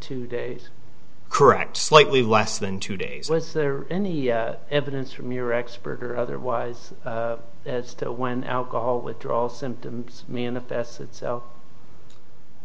two days correct slightly less than two days was there any evidence from your expert or otherwise as to when alcohol withdrawal symptoms manifests itself